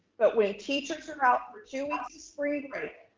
but when teachers are out for two weeks to spring break,